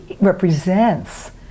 represents